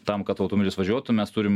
tam kad automobilis važiuotų mes turim